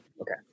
Okay